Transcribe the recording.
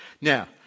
Now